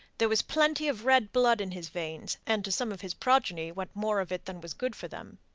there was plenty of red blood in his veins, and to some of his progeny went more of it than was good for them.